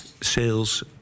sales